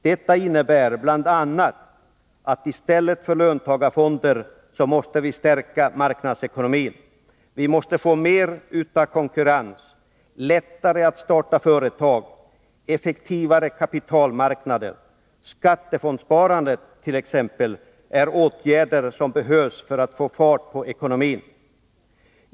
Detta innebär bl.a. att i stället för löntagarfonder måste vi stärka marknadsekonomin. Vi måste t.ex. få mer av konkurrens. Det måste bli lättare när det gäller att starta företag, när det gäller effektivare kapitalmarknader och skattefondsparandet. Det är åtgärder som behövs för att vi skall få fart på ekonomin.